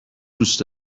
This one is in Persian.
دوست